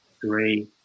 three